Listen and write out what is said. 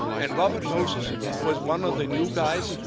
and robert moses was one of the new guys,